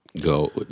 go